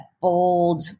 bold